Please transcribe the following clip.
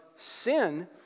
sin